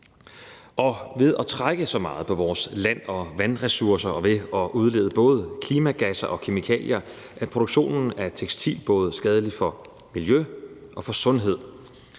Og ved at trække så meget på vores land- og vandressourcer og ved at udlede både klimagasser og kemikalier, er produktionen af tekstil både skadelig for miljø og for sundhed.